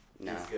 No